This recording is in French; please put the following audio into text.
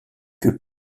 que